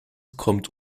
kommt